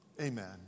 Amen